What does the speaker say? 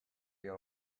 your